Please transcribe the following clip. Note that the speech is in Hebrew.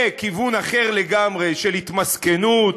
לכיוון אחר לגמרי של התמסכנות,